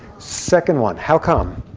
second one. how come?